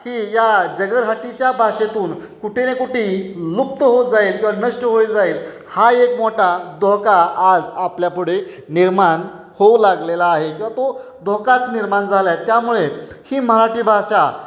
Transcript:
ही या जगरहटीच्या भाषेतून कुठे ना कुठे लुप्त होत जाईल किंवा नष्ट होईल जाईल हा एक मोठा धोका आज आपल्यापुढे निर्माण होऊ लागलेला आहे किंवा तो धोकाच निर्माण झाला आहे त्यामुळे ही मराठी भाषा